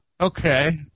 okay